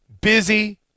Busy